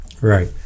Right